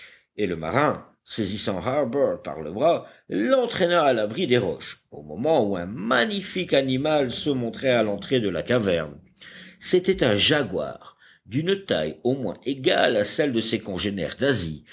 et le marin saisissant harbert par le bras l'entraîna à l'abri des roches au moment où un magnifique animal se montrait à l'entrée de la caverne c'était un jaguar d'une taille au moins égale à celle de ses congénères d'asie